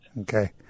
Okay